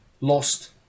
lost